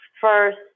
First